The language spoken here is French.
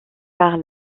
par